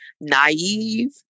naive